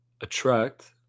attract